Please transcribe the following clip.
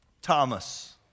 Thomas